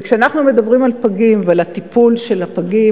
כשאנחנו מדברים על פגים ועל הטיפול בפגים,